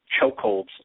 chokeholds